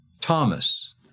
Thomas